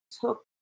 took